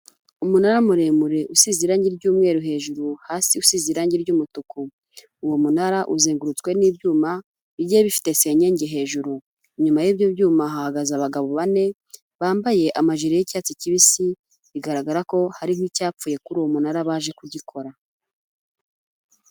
Umunara muremure usize irangi ry'umweru hejuru hasi usize irangi ry'umutuku, uwo munara uzengurutswe n'ibyuma bigiye bifite senyengi hejuru, inyuma y'ibyo byuma hahagaze abagabo bane bambaye amajiri y'icyatsi kibisi bigaragara ko hariho nk'icyapfuye kuri uwo munara baje kugikora.